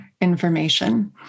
information